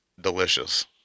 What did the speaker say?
delicious